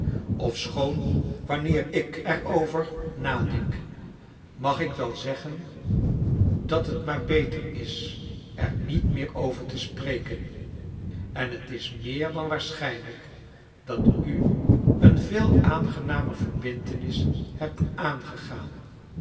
ofschoon wanneer ik er over nadenk mag ik we zeggen dat het maar beter is er niet meer over te spreken en het is meer dan waarschijnlijk dat u een veel aangenamer verbintenis hebt aangegaan